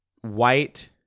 white